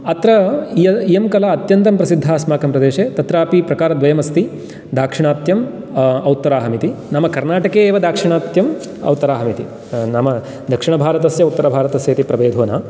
अत्र इयं कला अत्यन्तं प्रसिद्धा अस्माकं प्रदेशे तत्रापि प्रकारद्वयम् अस्ति दाक्षिणात्यम् औत्तराहम् इति नाम कर्णाटके एव दाक्षिणात्यम् औत्तराहम् इति नाम दक्षिणभारतस्य उत्तरभारतस्य इति प्रभेदो ना